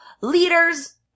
leaders